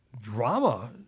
drama